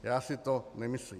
Já si to nemyslím.